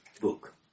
book